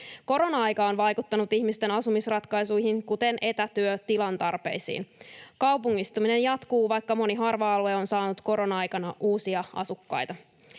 Korona-aika on vaikuttanut ihmisten asumisratkaisuihin, kuten etätyö tilantarpeisiin. Kaupungistuminen jatkuu, vaikka moni harva-alue on saanut korona-aikana uusia asukkaita.